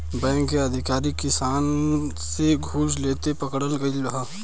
bank के अधिकारी किसान से घूस लेते पकड़ल गइल ह